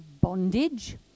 bondage